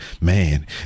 man